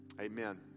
Amen